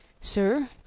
sir